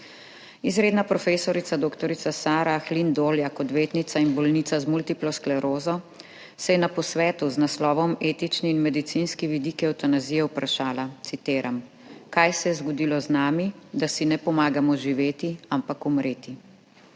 Izr. prof. dr. Sara Ahlin Doljak, odvetnica in bolnica z multiplo sklerozo, se je na posvetu z naslovom Etični in medicinski vidiki vprašanja evtanazije vprašala, citiram: »Kaj se je zgodilo z nami, da si ne pomagamo živeti, ampak umreti?«